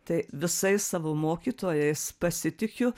tai visais savo mokytojais pasitikiu